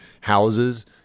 houses